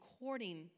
according